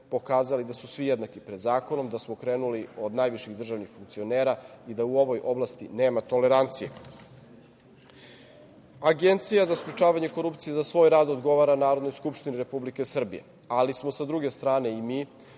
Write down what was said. korupcije svi jednaki pred zakonom, da smo krenuli od najviših državnih funkcionera i da u ovoj oblasti nema tolerancije. Agencija za sprečavanje korupcije za svoj rad odgovara Narodnoj skupštinin Republike Srbije, ali smo sa druge strane i mi,